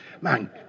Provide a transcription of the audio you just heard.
Man